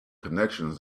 connections